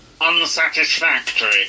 Unsatisfactory